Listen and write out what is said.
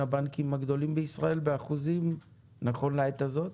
הבנקים הגדולים בישראל באחוזים נכון לעת הזאת?